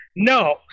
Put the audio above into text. No